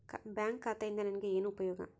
Bank ಖಾತೆಯಿಂದ ನನಗೆ ಏನು ಉಪಯೋಗ?